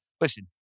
listen